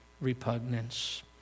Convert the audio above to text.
repugnance